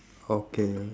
okay